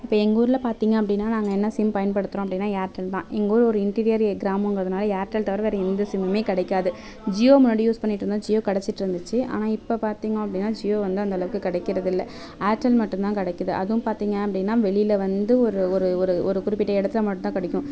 இப்போ எங்கள் ஊரில் பார்த்திங்க அப்படின்னா நாங்கள் என்ன சிம் பயன்படுத்துகிறோம் அப்படின்னா ஏர்டெல் தான் எங்கூர் ஒரு இன்டீரியர் கிராமங்கிறதனால ஏர்டெல் தவிர வேற எந்த சிம்மும் கிடைக்காது ஜியோ முன்னாடி யூஸ் பண்ணிகிட்ருந்தேன் ஜியோ கிடைச்சிட்ருந்துச்சி ஆனால் இப்போ பார்த்திங்க அப்படின்னா ஜியோ வந்து அந்தளவுக்கு கிடைக்கிறதில்ல ஏர்டெல் மட்டும்தான் கிடைக்கிது அதுவும் பார்த்திங்க அப்படின்னா வெளியில் வந்து ஒரு ஒரு ஒரு ஒரு குறிப்பிட்ட இடத்துல மட்டும் தான் கிடைக்கும்